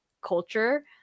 culture